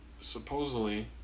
supposedly